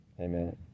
Amen